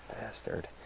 bastard